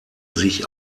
sich